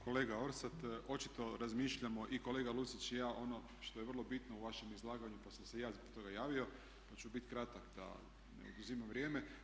Kolega Orsat, očito razmišljamo i kolega Lucić i ja ono što je vrlo bitno u vašem izlaganju pa sam se i ja zbog toga javio, pa ću biti kratak da ne oduzimam vrijeme.